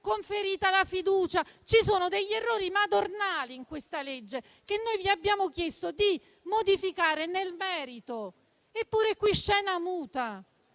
conferita la fiducia. Ci sono degli errori madornali in questa legge, che vi abbiamo chiesto di modificare nel merito. Ma anche qui scena muta.